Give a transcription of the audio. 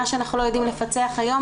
מה שאנחנו לא יודעים לפצח היום,